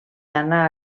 anar